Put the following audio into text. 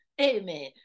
Amen